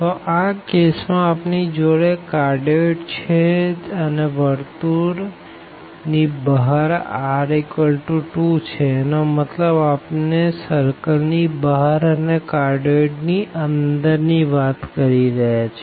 તો આ કેસ માં આપણી જોડે આ કાર્ડિયોઇડ છે અને સર્કલ ની બહાર r2 છેએનો મતલબ આપણે સર્કલ ની બહાર અને કાર્ડિયોઇડ ની અંદર ની વાત કરી રહ્યા છે